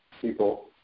people